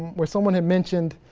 where someone had mentioned